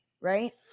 right